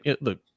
look